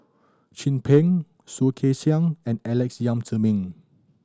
Chin Peng Soh Kay Siang and Alex Yam Ziming